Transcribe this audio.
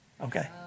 Okay